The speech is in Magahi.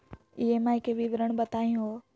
ई.एम.आई के विवरण बताही हो?